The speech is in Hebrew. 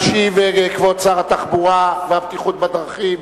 ישיב כבוד שר התחבורה והבטיחות בדרכים,